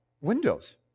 windows